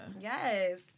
Yes